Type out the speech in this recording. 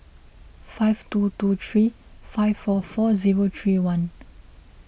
five two two three five four four zero three one